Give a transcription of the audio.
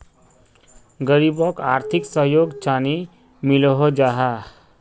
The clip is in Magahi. गरीबोक आर्थिक सहयोग चानी मिलोहो जाहा?